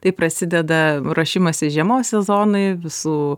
taip prasideda ruošimasis žiemos sezonui visų